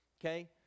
okay